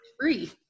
free